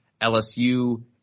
LSU